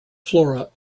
flora